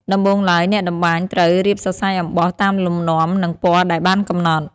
ដំបូងឡើយ អ្នកតម្បាញត្រូវ រៀបសរសៃអំបោះ តាមលំនាំនិងពណ៌ដែលបានកំណត់។